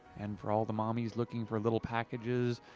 and for all the mommies looking for little packages.